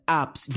apps